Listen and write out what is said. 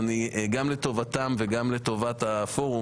גם לטובתם וגם לטובת הפורום,